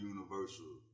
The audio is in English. Universal